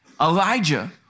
Elijah